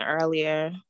earlier